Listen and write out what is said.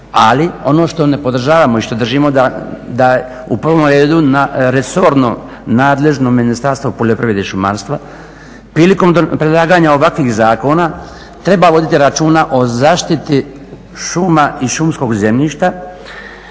Ali, ono što ne podržavamo i što držimo da je u prvom redu resorno nadležno Ministarstvo poljoprivrede i šumarstva prilikom predlaganja ovakvih zakona treba voditi računa o zaštiti šuma i šumskog zemljišta